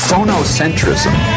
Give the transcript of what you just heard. Phonocentrism